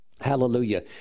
Hallelujah